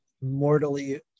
mortally